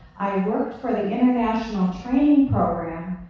i worked for the international training program,